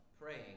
praying